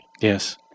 Yes